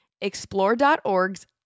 explore.org's